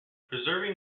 preserving